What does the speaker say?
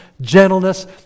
gentleness